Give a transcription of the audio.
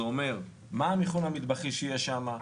זה אומר מה המיכון המטבחי שיש שם,